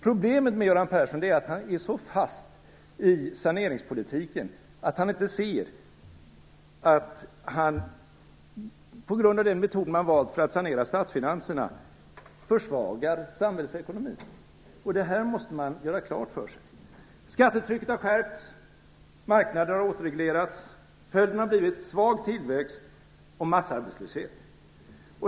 Problemet med Göran Persson är att han är så fast i saneringspolitiken att han inte ser att han, på grund av den metod man valt att sanera statsfinanserna, försvagar samhällsekonomin. Det här måste man göra klart för sig. Skattetrycket har skärpts, marknader har återreglerats. Följden har blivit svag tillväxt och massarbetslöshet.